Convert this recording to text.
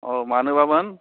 औ मानोमोन